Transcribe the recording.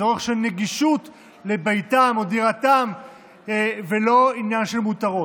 צורך של נגישות לביתם או דירתם ולא עניין של מותרות.